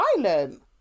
violent